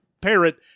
parrot